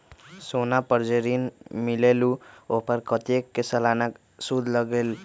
सोना पर जे ऋन मिलेलु ओपर कतेक के सालाना सुद लगेल?